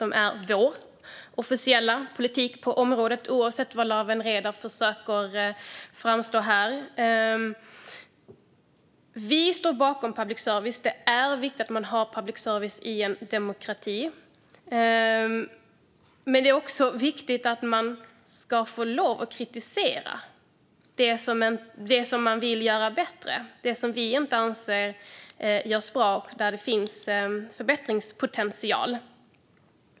Det är vår officiella politik på området, oavsett vad Lawen Redar försöker få det att framstå som här. Vi står bakom public service. Det är viktigt att man har public service i en demokrati. Men det är också viktigt att man får lov att kritisera det som man vill göra bättre. Det finns det som vi anser inte görs bra och där det finns förbättringspotential.